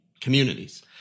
communities